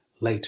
later